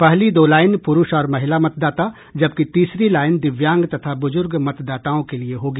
पहली दो लाईन पुरूष और महिला मतदाता जबकि तीसरी लाईन दिव्यांग तथा बुजुर्ग मतदाताओं के लिए होगी